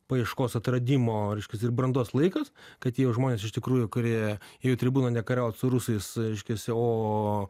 paieškos atradimo reiškias ir brandos laikas kai atėjo žmonės iš tikrųjų kurie ėjo į tribūną ne kariaut su rusais reiškiasi o